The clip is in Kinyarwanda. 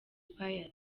pius